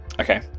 okay